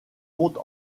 compte